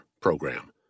program